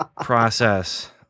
process